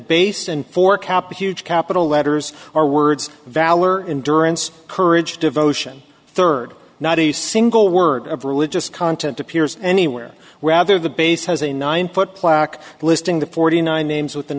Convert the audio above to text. base and for cap huge capital letters or words valor in durance courage devotion third not a single word of religious content appears anywhere rather the base has a nine foot plaque listing the forty nine names with an